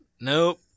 Nope